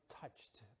touched